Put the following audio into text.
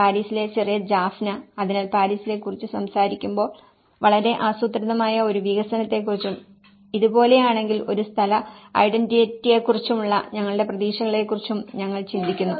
പാരീസിലെ ചെറിയ ജാഫ്ന അതിനാൽ പാരീസിനെ കുറിച്ച് സംസാരിക്കുമ്പോൾ വളരെ ആസൂത്രിതമായ ഒരു വികസനത്തെക്കുറിച്ചും ഇതുപോലെയാണെങ്കിൽ ഒരു സ്ഥല ഐഡന്റിറ്റിയെക്കുറിച്ചുള്ള ഞങ്ങളുടെ പ്രതീക്ഷയെക്കുറിച്ചും ഞങ്ങൾ ചിന്തിക്കുന്നു